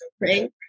right